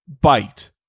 bite